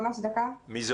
מעבר